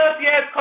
yes